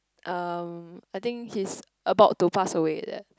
um I think he's about to pass away like that